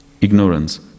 ignorance